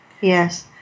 Yes